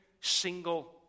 single